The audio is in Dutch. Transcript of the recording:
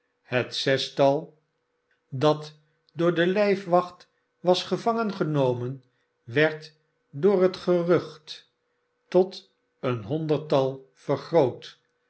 het zestal dat door de hjfwacht was gevangen genomen werd door het gerucht tot een honderdtal vergroot